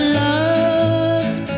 love's